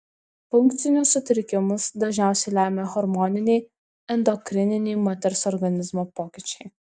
funkcinius sutrikimus dažniausiai lemia hormoniniai endokrininiai moters organizmo pokyčiai